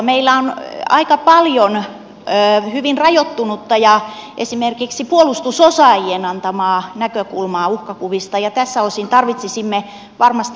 meillä on aika paljon hyvin rajoittunutta ja esimerkiksi puolustusosaajien antamaa näkökulmaa uhkakuvista ja tältä osin tarvitsisimme varmasti moniarvoisempaa keskustelua